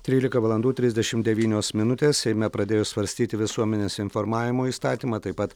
trylika valandų trisdešim devynios minutės seime pradėjus svarstyti visuomenės informavimo įstatymą taip pat